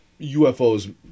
UFOs